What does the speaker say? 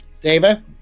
David